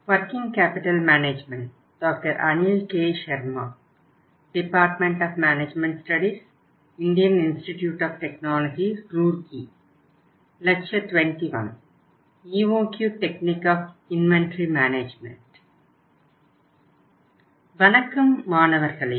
வணக்கம் மாணவர்களே